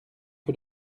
que